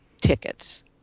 tickets